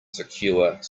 secure